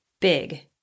big